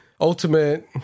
Ultimate